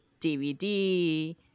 DVD